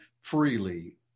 freely